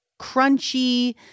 crunchy